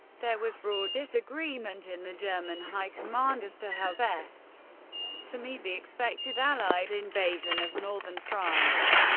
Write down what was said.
there was broad disagreement in the german high command as to how best to meet the expected allied invasion of northern france.